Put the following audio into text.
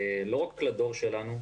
לא רק לדור שלנו,